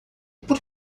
por